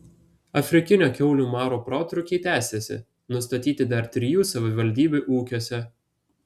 afrikinio kiaulių maro protrūkiai tęsiasi nustatyti dar trijų savivaldybių ūkiuose